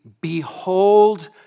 behold